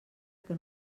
que